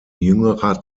jüngerer